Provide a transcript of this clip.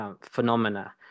phenomena